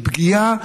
של פגיעה,